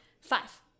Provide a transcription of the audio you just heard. five